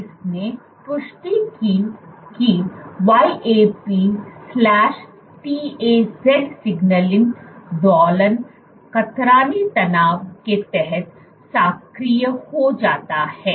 इसलिए इसने पुष्टि की कि YAP TAZ सिग्नलिंग दोलन कतरनी तनाव के तहत सक्रिय हो जाता है